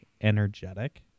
energetic